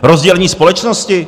Rozdělení společnosti?